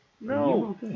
no